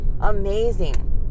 amazing